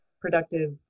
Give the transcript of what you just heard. productive